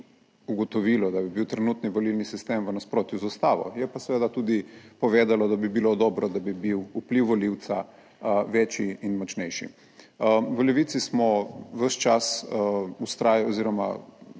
ugotovilo, da bi bil trenutni volilni sistem v nasprotju z Ustavo. Je pa seveda tudi povedalo, da bi bilo dobro, da bi bil vpliv volivca večji in močnejši. V Levici smo ves čas vztrajali oziroma